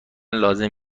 لازم